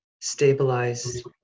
stabilized